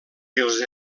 els